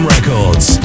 Records